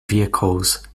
vehicles